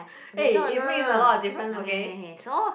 okay so no no no no no okay okay okay so